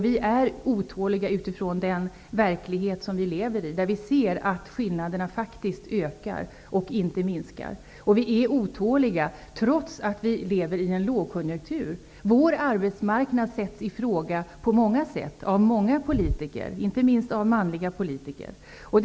Vi är otåliga utifrån den verklighet som vi lever i, eftersom vi ser att skillnaderna faktiskt ökar och inte minskar. Vi är otåliga trots att vi lever i en lågkonjunktur. Vår arbetsmarknad sätts i fråga på många sätt och av många politiker, inte minst av manliga sådana.